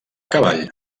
cavall